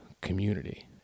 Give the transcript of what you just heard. community